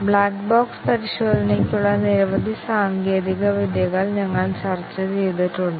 black box പരിശോധനയ്ക്കുള്ള നിരവധി സാങ്കേതിക വിദ്യകൾ ഞങ്ങൾ ചർച്ച ചെയ്തിട്ടുണ്ട്